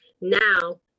now